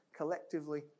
Collectively